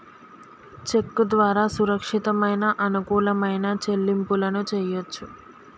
చెక్కు ద్వారా సురక్షితమైన, అనుకూలమైన చెల్లింపులను చెయ్యొచ్చు